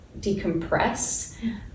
decompress